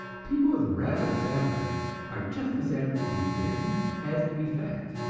people with ravenous appetites are just as apt to be thin as to be fat,